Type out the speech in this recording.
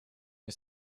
nie